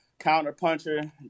counterpuncher